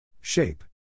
Shape